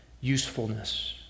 usefulness